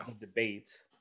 debate